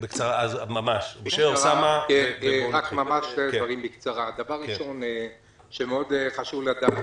דבר ראשון שחשוב מאוד לדעת,